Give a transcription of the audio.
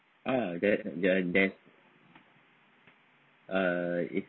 ah the their there's ah it's